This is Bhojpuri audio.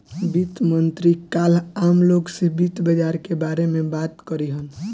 वित्त मंत्री काल्ह आम लोग से वित्त बाजार के बारे में बात करिहन